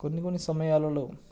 కొన్ని కొన్ని సమయాలలో